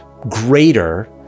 greater